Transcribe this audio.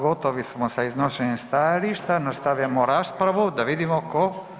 Gotovi smo sa iznošenjem stajališta, nastavljamo raspravu, da vidimo ko.